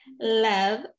love